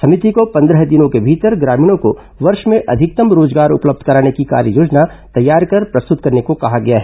समिति को पंद्रह दिनों के भीतर ग्रामीणों को वर्ष में अधिकतम रोजगार उपलब्ध कराने की कार्ययोजना तैयार कर प्रस्तत करने कहा गया है